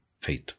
faith